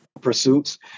pursuits